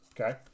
Okay